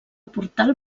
portal